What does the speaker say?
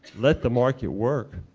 let the market work.